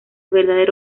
verdadero